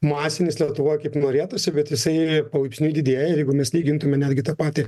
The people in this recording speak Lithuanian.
masinis lietuvoj kaip norėtųsi bet jisai palaipsniui didėja ir jeigu mes lygintume netgi tą patį